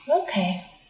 Okay